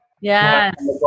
Yes